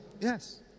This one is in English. Yes